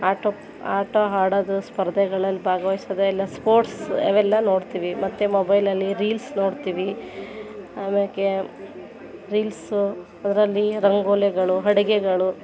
auto ಆಟ ಆಡೋದು ಸ್ಪರ್ಧೆಗಳಲ್ಲಿ ಭಾಗವಹಿಸೋದೆಲ್ಲ ಸ್ಪೋರ್ಟ್ಸ್ ಅವೆಲ್ಲ ನೋಡ್ತೀವಿ ಮತ್ತು ಮೊಬೈಲಲ್ಲಿ ರೀಲ್ಸ್ ನೋಡ್ತೀವಿ ಆಮೇಲೆ ರೀಲ್ಸು ಅದರಲ್ಲಿ ರಂಗೋಲಿಗಳು ಅಡುಗೆಗಳು